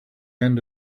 end